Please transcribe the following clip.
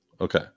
Okay